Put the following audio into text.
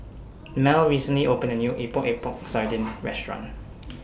Mell recently opened A New Epok Epok Sardin Restaurant